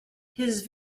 his